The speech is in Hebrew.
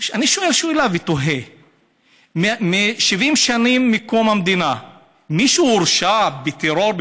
אני שואל שאלה ותוהה: 70 שנים מאז קום המדינה מישהו הורשע בטרור,